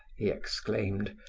he exclaimed,